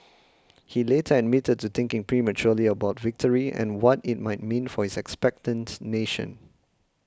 he later admitted to thinking prematurely about victory and what it might mean for his expectant nation